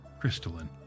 crystalline